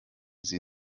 sie